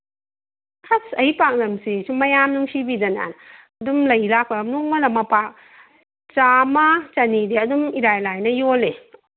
ꯑꯁ ꯑꯩꯒꯤ ꯄꯥꯛꯅꯝꯁꯤ ꯁꯨꯝ ꯃꯌꯥꯝꯅ ꯅꯨꯡꯁꯤꯕꯤꯗꯅ ꯑꯗꯨꯝ ꯂꯩ ꯂꯥꯛꯄ ꯅꯣꯡꯃꯅ ꯃꯄꯥꯛ ꯆꯥꯝꯃ ꯆꯅꯤꯗꯤ ꯑꯗꯨꯝ ꯏꯔꯥꯏ ꯂꯥꯏꯅ ꯌꯣꯜꯂꯤ